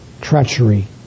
treachery